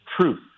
truth